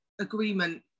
agreement